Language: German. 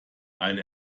eine